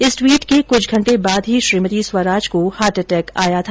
इस द्वीट के कुछ घंटे बाद ही श्रीमती स्वराज को हार्टअटैक आया था